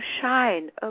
shine